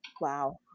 Wow